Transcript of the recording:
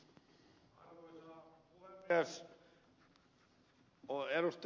arvoisa puhemies